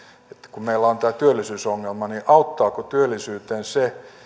kun meillä on tämä työllisyysongelma niin auttaako työllisyyteen se